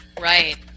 Right